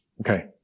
Okay